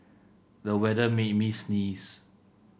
the weather made me sneeze